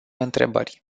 întrebări